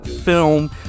film